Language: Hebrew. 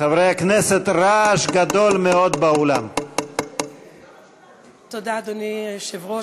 חברת הכנסת שולי מועלם-רפאלי וקבוצת חברי הכנסת הגישו את ההצעה,